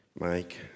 Mike